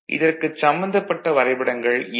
இதற்குச் சம்பந்தப்பட்ட வரைபடங்கள் எண்